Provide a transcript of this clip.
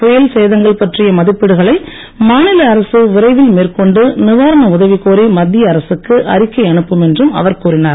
புயல் சேதங்கள் பற்றிய மதிப்பீடுகளை மாநில அரசு விரைவில் மேற்கொண்டு நிவாரண உதவி கோரி மத்திய அரசுக்கு அறிக்கை அனுப்பும் என்றும் அவர் கூறினார்